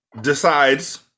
decides